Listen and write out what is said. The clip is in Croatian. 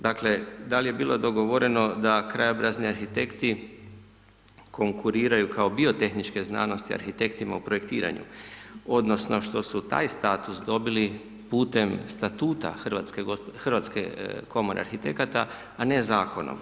Dakle, da li je bilo dogovoreno da krajobrazni arhitekti konkuriraju kao biotehničke znanosti arhitektima u projektiranju odnosno što su taj status dobili putem Statuta Hrvatske komore arhitekata, a ne Zakonom.